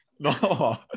No